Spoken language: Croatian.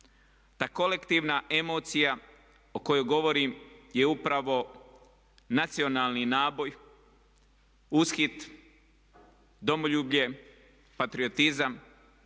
Ta kolektivna emocija o kojoj govorim je upravo nacionalni naboj, ushit, domoljublje, patriotizam